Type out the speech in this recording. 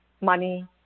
money